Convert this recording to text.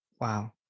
Wow